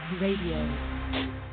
Radio